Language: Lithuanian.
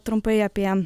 trumpai apie